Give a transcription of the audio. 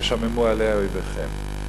"ושממו עליה איביכם".